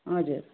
हजुर